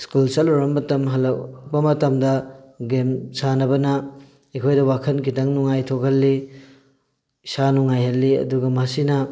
school ꯆꯠꯂꯨꯔꯕ ꯃꯇꯝ ꯍꯜꯂꯛꯄ ꯃꯇꯝꯗ ꯒꯦꯝ ꯁꯥꯟꯅꯕꯅ ꯑꯩꯈꯣꯏꯗ ꯋꯥꯈꯜ ꯈꯤꯇꯪ ꯅꯨꯡꯉꯥꯏ ꯊꯣꯛꯍꯜꯂꯤ ꯏꯁꯥ ꯅꯨꯡꯉꯥꯏꯍꯜꯂꯤ ꯑꯗꯨꯒ ꯃꯁꯤꯅ